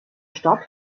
stadt